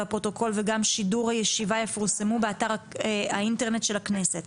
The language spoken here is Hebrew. והפרוטוקול וגם שידור הישיבה יפורסמו באתר האינטרנט של הכנסת.